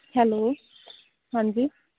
hello ਹਾਂਜੀ